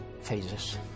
phases